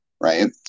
right